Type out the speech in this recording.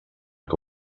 que